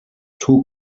two